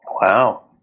Wow